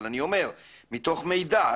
אבל אני אומר מתוך מידע,